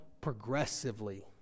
progressively